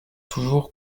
toujours